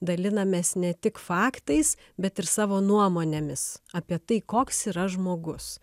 dalinamės ne tik faktais bet ir savo nuomonėmis apie tai koks yra žmogus